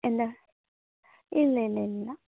എല്ല ഇല്ല ഇല്ല ഇല്ല